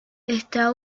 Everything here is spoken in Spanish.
esta